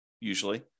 usually